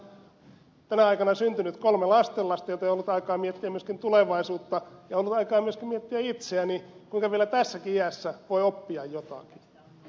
minulle on tänä aikana syntynyt kolme lastenlasta joten on ollut aikaa miettiä myöskin tulevaisuutta ja on ollut aikaa myöskin miettiä itseäni kuinka vielä tässäkin iässä voi oppia jotakin